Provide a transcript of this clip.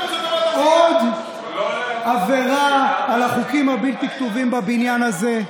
ועושים עוד עבירה על החוקים הבלתי-כתובים בבניין הזה,